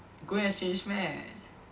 you going exchange meh